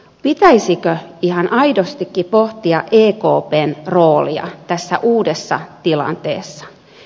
pitäisikö ihan aidostikin pohtia ekpn roolia tässä uudessa tilanteessa